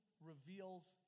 reveals